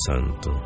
Santo